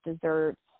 desserts